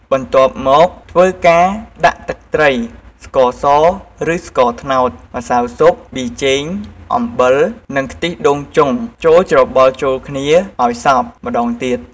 បន្ទាប់មកធ្វើការ ដាក់ទឹកត្រី ស្ករសឬស្ករត្នោត ម្សៅស៊ុប ប៊ីចេង អំបិល និងខ្ទិះដូងចុងចូលច្របល់ចូលគ្នាឲ្យសប់ម្ដងទៀត។